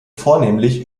vornehmlich